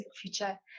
future